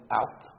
out